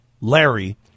Larry